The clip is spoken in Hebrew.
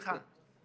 סליחה.